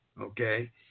Okay